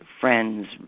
friends